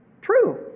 True